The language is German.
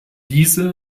diese